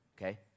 okay